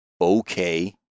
okay